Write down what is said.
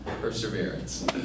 Perseverance